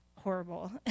horrible